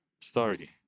story